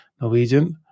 Norwegian